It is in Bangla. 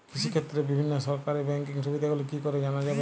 কৃষিক্ষেত্রে বিভিন্ন সরকারি ব্যকিং সুবিধাগুলি কি করে জানা যাবে?